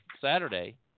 Saturday